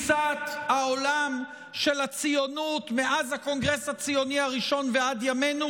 העולם של הציונות מאז הקונגרס הציוני הראשון ועד ימינו?